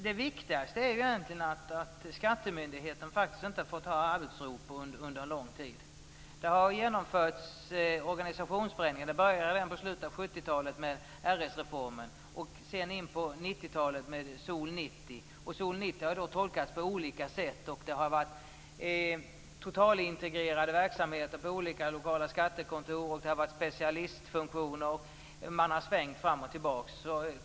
Det viktigaste är att skattemyndigheterna inte har fått arbetsro under en lång tid. Det har genomförts organisationsförändringar. Det började redan på slutet av 70-talet med RS-reformen och fortsatte sedan in på 90-talet med reformen SOL 90 har tolkats på olika sätt. Det har varit totalintegrerade verksamheter på olika skattekontor, specialistfunktioner, och man har svängt fram och tillbaka.